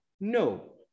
no